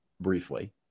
briefly